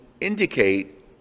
indicate